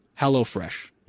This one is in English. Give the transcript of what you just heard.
hellofresh